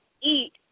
eat